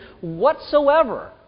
whatsoever